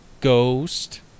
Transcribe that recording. ghost